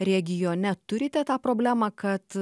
regione turite tą problemą kad